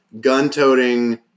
gun-toting